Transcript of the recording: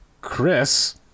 Chris